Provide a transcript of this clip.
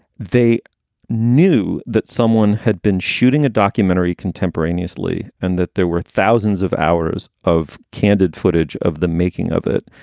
they knew that someone had been shooting a documentary contemporaneously and that there were thousands of hours of candid footage of the making of it,